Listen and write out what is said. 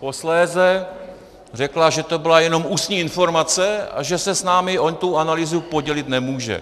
posléze řekla, že to byla jenom ústní informace a že se s námi o tu analýzu podělit nemůže.